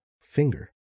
finger